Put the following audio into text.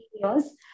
years